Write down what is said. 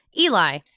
Eli